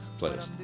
playlist